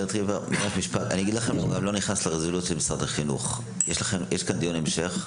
אני לא נכנס לרזולוציות של משרד החינוך כי יש כאן דיון המשך,